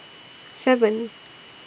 seven